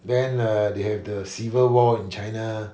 then err they have the civil war in china